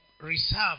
reserved